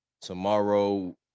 tomorrow